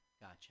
Gotcha